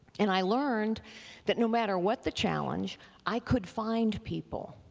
and i learned that no matter what the challenge i could find people